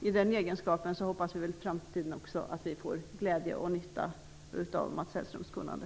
I den egenskapen hoppas vi att vi i framtiden också får glädje och nytta av Mats Hellströms kunnande.